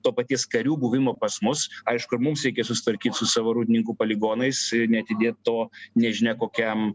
to paties karių buvimo pas mus aišku ir mums reikia susitvarkyt su savo rūdninkų poligonais ir neatidėt to nežinia kokiam